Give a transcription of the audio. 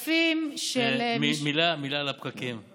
מילה על הפקקים.